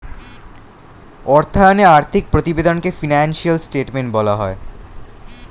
অর্থায়নে আর্থিক প্রতিবেদনকে ফিনান্সিয়াল স্টেটমেন্ট বলা হয়